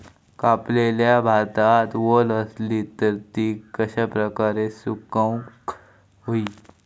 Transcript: कापलेल्या भातात वल आसली तर ती कश्या प्रकारे सुकौक होई?